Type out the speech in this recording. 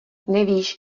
nevíš